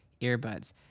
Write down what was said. Earbuds